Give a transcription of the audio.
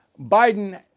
Biden